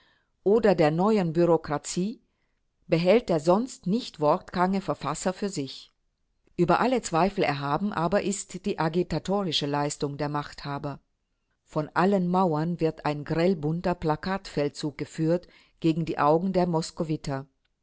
oder der neuen bureaukratie behält der sonst nicht wortkarge verfasser für sich über alle zweifel erhaben aber ist die agitatorische leistung der machthaber von allen mauern wird ein grellbunter plakatfeldzug geführt gegen die augen der